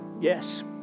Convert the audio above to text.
Yes